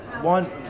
one